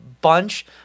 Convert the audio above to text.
bunch